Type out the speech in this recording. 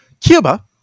Cuba